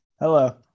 Hello